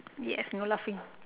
yes no laughing out